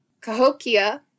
Cahokia